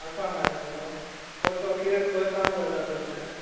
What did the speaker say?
आसा मरे बरो कसो किरें खंय काम करता सध्या